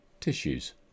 tissues